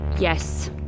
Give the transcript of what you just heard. Yes